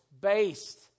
based